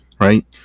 right